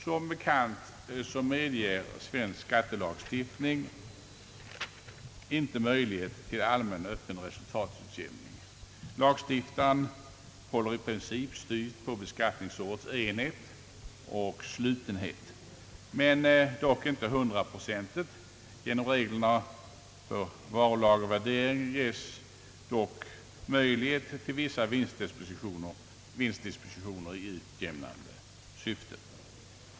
Som bekant medger svensk skattelagstiftning inte möjlighet till allmän Ööppen resultatutjämning. Lagstiftaren håller i princip styvt på beskattningsårets enhet och slutenhet, dock inte hundraprocentigt. Genom reglerna för varu: lagervärdering ges sålunda möjlighet till vissa vinstdispositioner i utjämnande syfte.